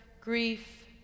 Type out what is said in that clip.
grief